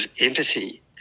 empathy